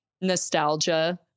nostalgia